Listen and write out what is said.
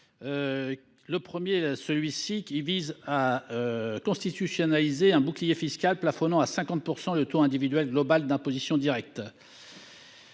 Le présent amendement vise à constitutionnaliser un bouclier fiscal plafonnant à 50 % le taux individuel global d’imposition directe.